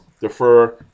defer